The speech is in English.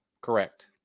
correct